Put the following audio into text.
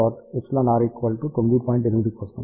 8 కోసం